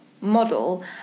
model